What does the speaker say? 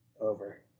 Over